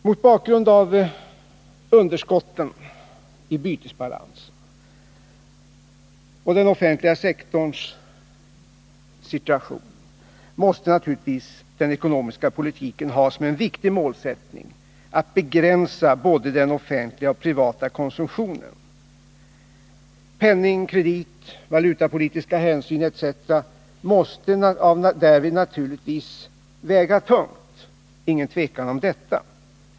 Mot bakgrund av underskotten i bytesbalansen och den offentliga sektorns situation måste naturligtvis den ekonomiska politiken ha som en viktig målsättning att begränsa både den offentliga och den privata konsumtionen. Penning-, kreditoch valutapolitiska hänsyn måste därvid av naturliga skäl väga tungt — det är ingen tvekan om detta.